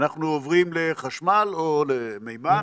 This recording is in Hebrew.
אנחנו עוברים לחשמל או למימן.